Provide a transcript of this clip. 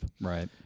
Right